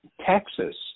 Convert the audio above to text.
Texas